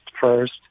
first